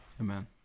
Amen